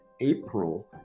April